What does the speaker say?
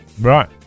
Right